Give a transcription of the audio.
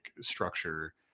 structure